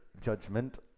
judgment